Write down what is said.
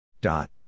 Dot